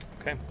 okay